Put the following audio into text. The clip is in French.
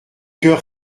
cœur